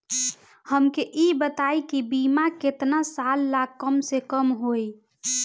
हमके ई बताई कि बीमा केतना साल ला कम से कम होई?